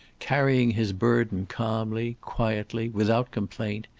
carrying his burden calmly, quietly, without complaint,